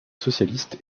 socialiste